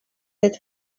that